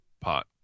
pot